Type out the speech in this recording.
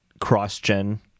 cross-gen